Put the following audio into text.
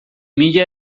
mila